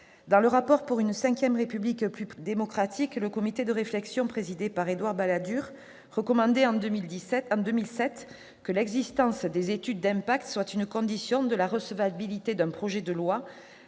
dans le rapport pour « une VRépublique plus démocratique », le comité de réflexion présidé par Édouard Balladur recommandait « que l'existence de ces études d'impact soit une condition de la recevabilité d'un projet de loi